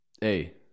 Hey